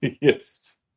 Yes